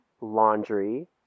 laundry